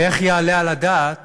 ואיך יעלה על הדעת